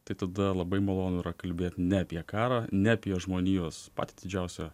tai tada labai malonu yra kalbėt ne apie karą ne apie žmonijos patį didžiausią